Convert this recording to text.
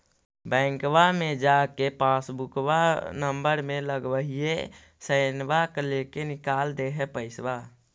बैंकवा मे जा के पासबुकवा नम्बर मे लगवहिऐ सैनवा लेके निकाल दे है पैसवा?